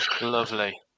lovely